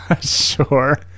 sure